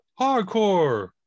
hardcore